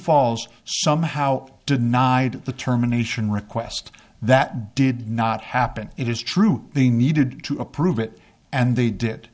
falls somehow did not hide the terminations request that did not happen it is true they needed to approve it and they did it